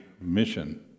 mission